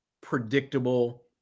predictable